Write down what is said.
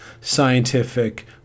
scientific